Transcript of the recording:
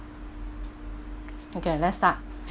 okay let's start